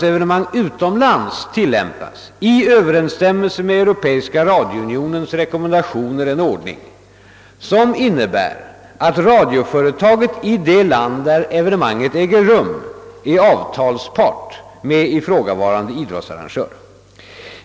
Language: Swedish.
evenemang utomlands tillämpas — i överensstämmelser med Europeiska radiounionens rekommendationer — en ordning, som innebär att radioföretaget i det land där evenemanget äger rum är avtalspart med ifrågavarande idrottsarrangör.